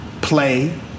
Play